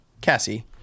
Cassie